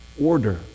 order